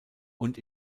und